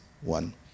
one